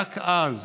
רק אז